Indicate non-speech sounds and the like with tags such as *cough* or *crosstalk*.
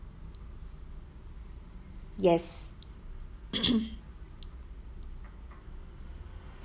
yes *noise*